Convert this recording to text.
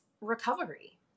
recovery